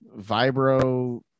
vibro